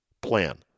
plan